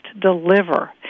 deliver